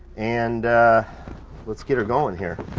and let's get her going here.